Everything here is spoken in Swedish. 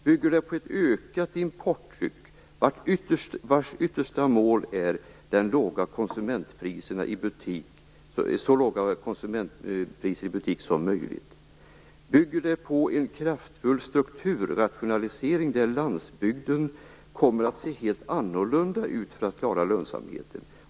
Bygger den på ett ökat importtryck vars yttersta mål är så låga konsumentpriser i butik som möjligt? Bygger den på en kraftfull strukturrationalisering som kommer att medföra att landsbygden kommer att se helt annorlunda ut för att klara lönsamheten?